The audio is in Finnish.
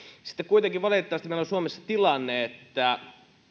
sitten valitettavasti kuitenkin meillä on suomessa tilanne että